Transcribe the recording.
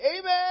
Amen